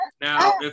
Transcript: Now